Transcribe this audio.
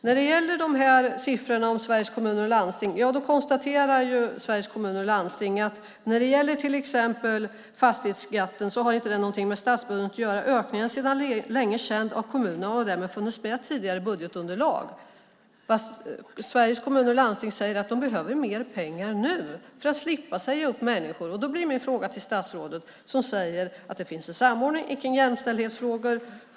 När det gäller siffrorna för Sveriges Kommuner och Landsting konstaterar de att fastighetsskatten inte har något med statsbudgeten att göra. Ökningen är känd sedan länge av kommunerna och har därför funnits med i tidigare budgetunderlag. Sveriges Kommuner och Landsting säger att man behöver mer pengar nu för att slippa säga upp människor. Statsrådet säger att det finns en samordning för jämställdhetsfrågor.